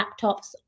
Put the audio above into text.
laptops